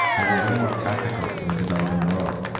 they were way more practical in the developing world.